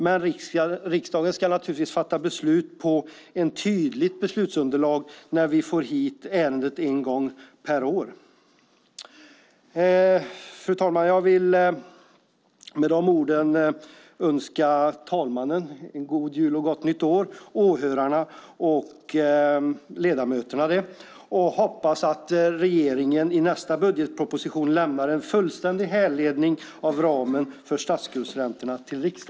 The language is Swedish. Men riksdagen ska naturligtvis fatta beslut utifrån ett tydligt beslutsunderlag när vi en gång per år får hit ärendet. Fru talman! Med dessa ord vill jag önska tredje vice talmannen, åhörarna och ledamöterna en god jul och ett gott nytt år och samtidigt säga att jag hoppas att regeringen i nästa budgetproposition till riksdagen lämnar en fullständig härledning av ramen för statsskuldsräntorna.